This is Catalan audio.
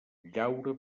llaura